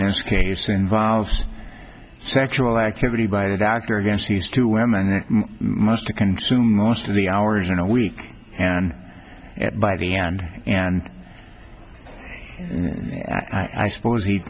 this case involves sexual activity by the actor against these two women must the consumer most of the hours in a week and at by the hand and i suppose he